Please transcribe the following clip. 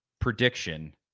prediction